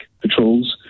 patrols